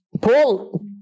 Paul